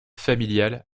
familial